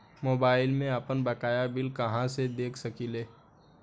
Mobile में आपनबकाया bill कहाँसे देख सकिले?